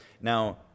Now